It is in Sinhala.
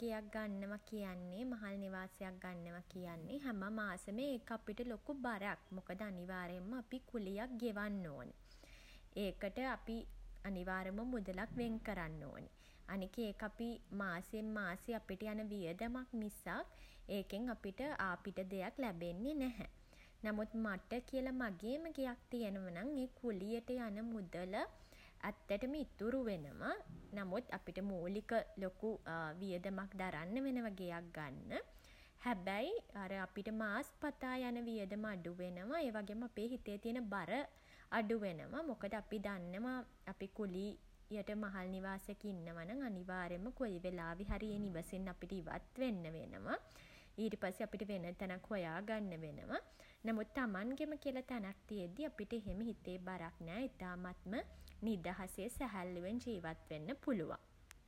ගෙයක් ගන්නවා කියන්නේ මහල් නිවාසයක් ගන්නවා කියන්නේ හැම මාසේම ඒක අපිට ලොකු බරක්. මොකද අනිවාර්යෙන්ම අපි කුලියක් ගෙවන්න ඕනේ. ඒකට අපි අනිවාර්යෙන්ම මුදලක් වෙන් කරන්න ඕන. අනෙක ඒක අපි මාසෙන් මාසේ අපිට යන වියදමක් මිසක් ඒකෙන් අපිට ආපිට දෙයක් ලැබෙන්නේ නැහැ. නමුත් මට කියලා මගේම ගෙයක් තියෙනවනම් ඒ කුලියට යන මුදල ඇත්තටම ඉතුරු වෙනව. නමුත් අපිට මූලික ලොකු වියදමක් දරන්න වෙනවා ගෙයක් ගන්න. හැබැයි අර අපිට මාස් පතා යන වියදම අඩු වෙනවා. ඒ වගේම අපේ හිතේ තියෙන බර අඩු වෙනවා. මොකද අපි දන්නවා අපි කුලි යට මහල් නිවාසයක ඉන්නවනම් අනිවාර්යෙන්ම කොයි වෙලාවේ හරි නිවසෙන් අපිට ඉවත් වෙන්න වෙනවා. ඊට පස්සේ අපිට වෙන තැනක් හොයා ගන්න වෙනවා. නමුත් තමන්ගෙම කියල තැනක් තියෙද්දි අපිට එහෙම හිතේ බරක් නෑ, ඉතාමත්ම නිදහසේ සැහැල්ලුවෙන් ජීවත් වෙන්න පුළුවන්.